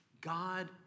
God